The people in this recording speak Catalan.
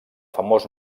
famós